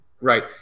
right